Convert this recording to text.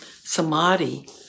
samadhi